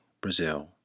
Brazil